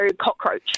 cockroach